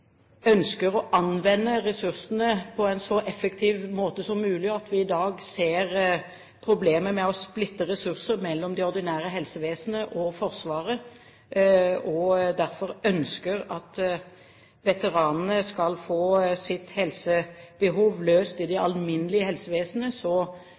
ønsker å anvende ressursene på en så effektiv måte som mulig, og at vi i dag ser problemer med å splitte ressurser mellom det ordinære helsevesenet og Forsvaret og derfor ønsker at veteranene skal få sitt helsebehov løst i det